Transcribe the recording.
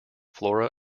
flora